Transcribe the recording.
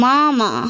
Mama